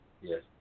yes